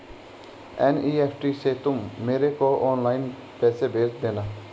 NEFT से तुम मेरे को ऑनलाइन ही पैसे भेज देना